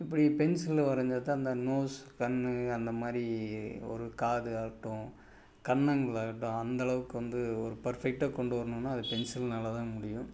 இப்படி பென்சிலில் வரைஞ்சாதான் அந்த நோஸ் கண்ணு அந்தமாதிரி ஒரு காது ஆகட்டும் கன்னங்களாகட்டும் அந்த அளவுக்கு வந்து ஒரு பர்ஃபெக்ட்டாக கொண்டு வரணுன்னா அது பென்சில்னால தான் முடியும்